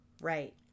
Right